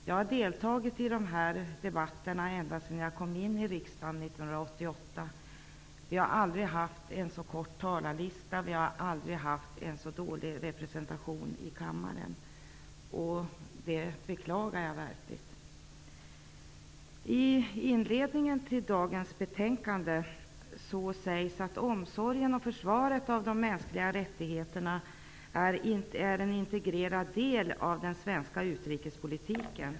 Jag har deltagit i de här debatterna ända sedan jag kom in i riksdagen 1988, och vi har aldrig haft en så kort talarlista och en så dålig representation i kammaren. Det beklagar jag verkligen. I inledningen till dagens betänkande sägs att omsorgen om och försvaret av de mänskliga rättigheterna är en integrerad del av den svenska utrikespolitiken.